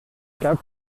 cap